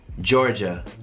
Georgia